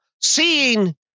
seeing